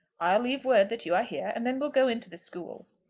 i'll leave word that you are here, and then we'll go into the school.